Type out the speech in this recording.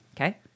Okay